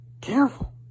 Careful